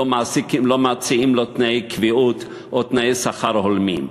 לא מציעים לו תנאי קביעות או תנאי שכר הולמים,